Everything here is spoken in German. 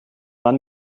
mann